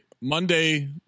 Monday